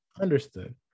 understood